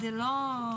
לא,